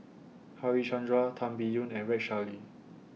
Harichandra Tan Biyun and Rex Shelley